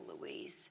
Louise